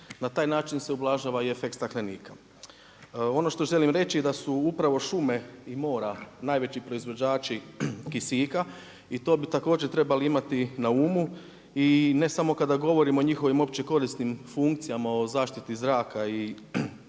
na taj način se ublažava i efekt staklenika. Ono što želim reći da su upravo šume i mora najveći proizvođači kisika i to bi također trebali imati na umu i ne samo kada govorim o njihovim opće korisnim funkcijama o zaštiti zraka i zaštiti